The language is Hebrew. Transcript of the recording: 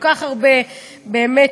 וכל כך הרבה בעיות,